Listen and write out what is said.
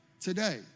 today